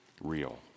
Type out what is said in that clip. real